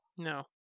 No